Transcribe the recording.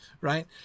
right